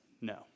No